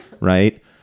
right